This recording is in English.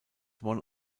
one